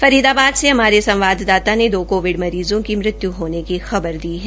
फरीदबाद से हमारे संवाददाता ने दो कोविड मरीज़ों की मृत्य् होने की खबर दी है